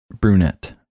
brunette